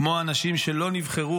כמו אנשים שלא נבחרו.